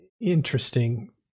interesting